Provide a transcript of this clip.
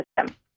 system